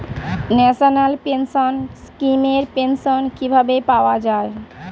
National pension scheme এর pension কিভাবে পাওয়া যায়?